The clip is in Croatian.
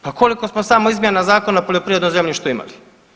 Pa koliko smo samo izmjena Zakona o poljoprivrednom zemljištu imali?